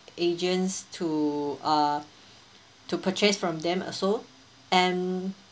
agents to uh to purchase from them also and